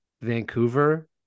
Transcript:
vancouver